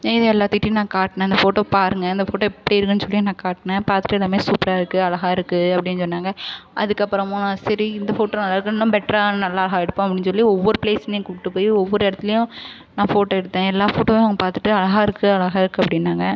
மீதி எல்லாத்திட்டையும் நான் காட்டினேன் அந்த ஃபோட்டோ பாருங்க அந்த ஃபோட்டோ எப்படி இருக்குன்னு சொல்லி நான் காட்டினேன் பார்த்துட்டு எல்லாமே சூப்பராக இருக்குது அழகாக இருக்குது அப்படீன்னு சொன்னாங்க அதுக்கப்புறமும் சரி இந்த ஃபோட்டோ நல்லாயிருக்கு இன்னும் பெட்டரா நல்லா ஹ எடுப்போம்னு சொல்லி ஒவ்வொரு ப்ளேசுமே கூப்ட்டு போய் ஒவ்வொரு இடத்துலையும் நான் ஃபோட்டோ எடுத்தேன் எல்லா ஃபோட்டோவும் பார்த்துட்டு அழகாக இருக்கு அழகாக இருக்கு அப்படின்னாங்க